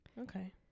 Okay